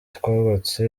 twubatse